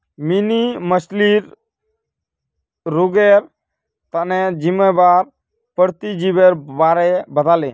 mini मछ्लीर रोगेर तना जिम्मेदार परजीवीर बारे बताले